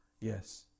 Yes